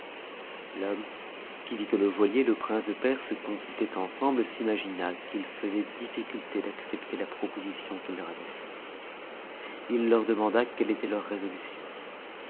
l'homme qui vit que le joaillier et le prince de perse consultaient en semble s'imagina qu'ils faisaient dimculté d'accepter la proposition qu'il il leur avait faite il leur demanda quelle était leur résolution